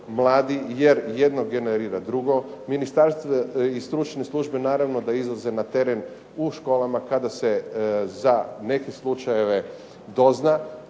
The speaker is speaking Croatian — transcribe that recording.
jer jedno generira drugo. Ministarstvo i stručne službe naravno da izlaze na teren u školama kada se za neke slučajeve dozna.